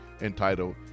entitled